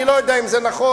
אני לא יודע אם זה נכון,